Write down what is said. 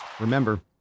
Remember